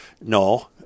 No